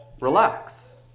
relax